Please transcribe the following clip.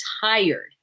tired